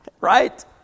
Right